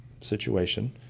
situation